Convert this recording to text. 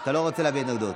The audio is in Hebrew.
אתה לא רוצה להביע התנגדות.